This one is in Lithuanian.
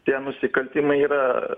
tie nusikaltimai yra